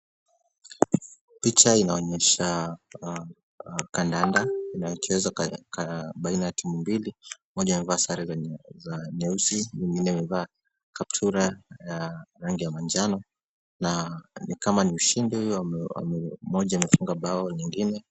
Picha inaonyesha kandanda inayochezwa baina ya timu mbili, kati ya waliovaa sare nyeusi na mwingine amevaa kaptura ya rangi ya samawati wanashangilia nikama mmoja amefunga bao nyingine.